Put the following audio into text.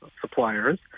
suppliers